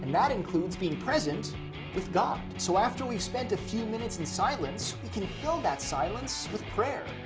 that includes being present with god. so after we've spent a few minutes in silence, we can fill that silence with prayer.